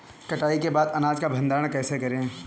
कटाई के बाद अनाज का भंडारण कैसे करें?